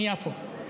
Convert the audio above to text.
מיפו.